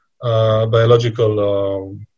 Biological